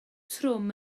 trwm